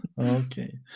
okay